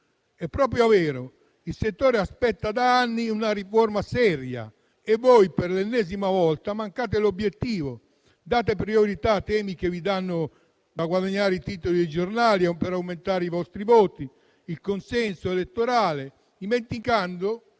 È proprio vero: il settore aspetta da anni una riforma seria e voi, per l'ennesima volta, mancate l'obiettivo. Date priorità a temi che vi fanno guadagnare i titoli dei giornali o utili per aumentare i vostri voti, il consenso elettorale, dimenticando